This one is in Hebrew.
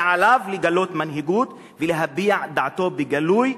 היה עליו לגלות מנהיגות ולהביע את דעתו בגלוי,